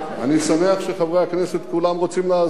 אני שמח שחברי הכנסת כולם רוצים לעזור.